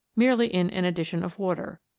merely in an addition of water,